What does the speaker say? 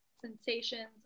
sensations